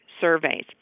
surveys